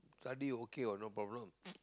study okay what no problem